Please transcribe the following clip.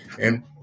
And-